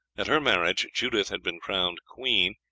at her marriage judith had been crowned queen,